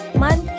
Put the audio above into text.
man